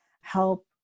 help